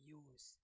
use